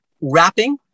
wrapping